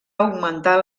augmentar